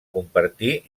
compartir